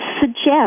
suggest